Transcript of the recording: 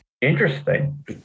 Interesting